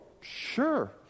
sure